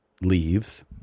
leaves